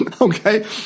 okay